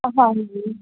ਹਾਂਜੀ